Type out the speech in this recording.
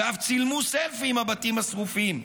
ואף צילמו סלפי עם הבתים השרופים.